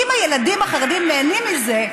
אם הילדים החרדים נהנים מזה,